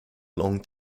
lång